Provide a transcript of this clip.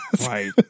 Right